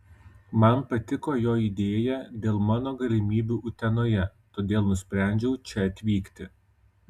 man patiko jo idėja dėl mano galimybių utenoje todėl nusprendžiau čia atvykti